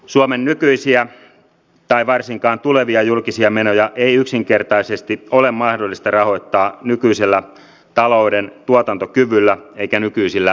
suomen nykyisiä tai varsinkaan tulevia julkisia menoja ei yksinkertaisesti ole mahdollista rahoittaa nykyisellä talouden tuotantokyvyllä eikä nykyisillä rakenteilla